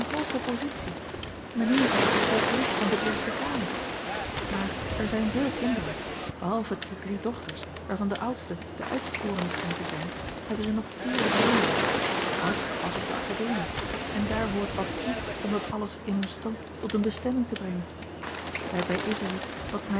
hooge positie mijnheer is zelfs lid van de eerste kamer maar er zijn veel kinderen behalve de drie dochters waarvan de oudste de uitverkorene schijnt te zijn hebben ze nog vier zonen de oudste pas op de academie en daar hoort wat toe om dat alles in hun stand tot eene bestemming te brengen daarbij is er iets wat